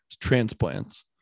transplants